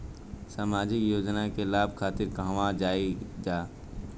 सामाजिक योजना के लाभ खातिर कहवा जाई जा?